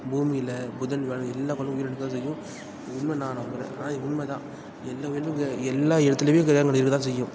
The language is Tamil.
பூமியில் புதன் வியாழன் எல்லா கோள்லேயும் உயிர் இருக்கற தான் செய்யும் இது உண்மைன்னு நான் நம்புகிறேன் ஆனால் இது உண்மை தான் எந்த உயிரினமும் எல்லா இடத்துலையுமே உயிரினங்கள் இருக்கற தான் செய்யும்